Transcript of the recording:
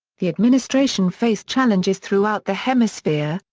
the administration faced challenges throughout the hemisphere,